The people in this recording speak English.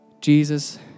Jesus